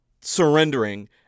surrendering